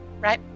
right